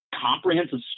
comprehensive